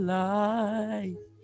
life